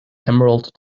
emerald